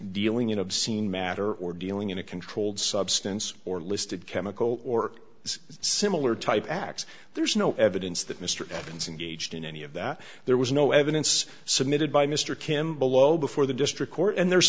dealing in obscene matter or dealing in a controlled substance or listed chemical or similar type acts there's no evan that mr evans and gauged in any of that there was no evidence submitted by mr kim below before the district court and there's